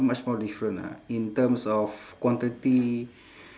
much more different ah in terms of quantity